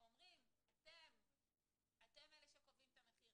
אומרים שאתם אלה שקובעים את המחיר.